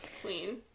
Queen